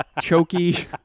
choky